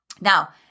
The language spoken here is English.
Now